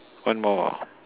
one more